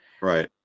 right